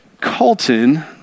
Colton